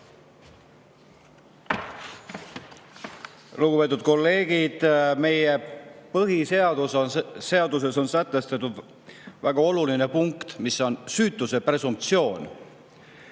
Lugupeetud kolleegid! Meie põhiseaduses on sätestatud väga oluline punkt, see on süütuse presumptsioon.